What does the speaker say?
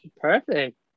Perfect